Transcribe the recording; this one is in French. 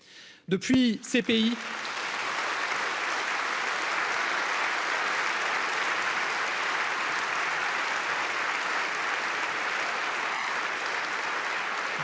depuis ces pays.